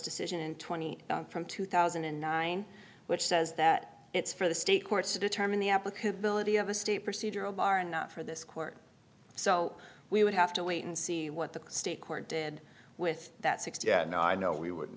decision in twenty from two thousand and nine which says that it's for the state courts to determine the applicability of a state procedural bar and not for this court so we would have to wait and see what the state court did with that sixty i know i know we w